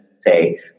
say